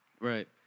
right